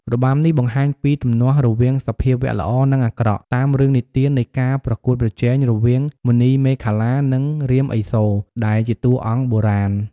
របាំនេះបង្ហាញពីទំនាស់រវាងសភាវៈល្អនិងអាក្រក់ តាមរឿងនិទាននៃការប្រកួតប្រជែងរវាងមណីមេខលា និងរាមឥសូរ ដែលជាតួអង្គបុរាណ។